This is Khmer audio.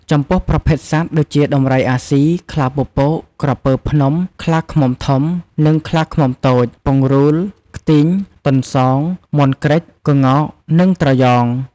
ចំពោះប្រភេទសត្វដូចជាដំរីអាស៊ី ខ្លាពពក ក្រពើភ្នំ ខ្លាឃ្មុំធំ និង ខ្លាឃ្មុំតូច ពង្រូល ខ្ទីង ទន្សោង មាន់ក្រិច ក្ងោក និងត្រយង។